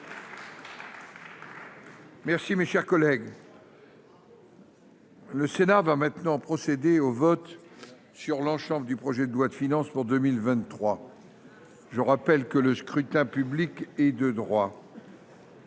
Merci. Mes chers collègues. Le Sénat va maintenant procéder au vote sur l'ensemble du projet de loi de finances pour 2023. Je rappelle que le scrutin public et de droit.